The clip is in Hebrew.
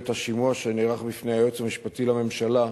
השימוע שנערך בפני היועץ המשפטי לממשלה,